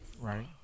Right